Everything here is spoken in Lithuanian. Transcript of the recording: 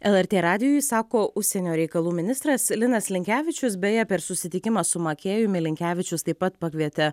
lrt radijui sako užsienio reikalų ministras linas linkevičius beje per susitikimą su makėjumi linkevičius taip pat pakvietė